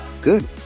good